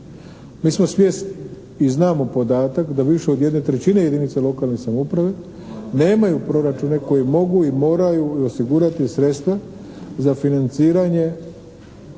Mi smo svjesni i znamo podatak da više od 1/3 jedinica lokalne samouprave nemaju proračune koji mogu i moraju osigurati sredstva za financiranje